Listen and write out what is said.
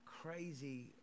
crazy